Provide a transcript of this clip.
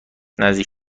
نزدیک